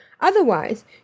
Otherwise